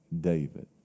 David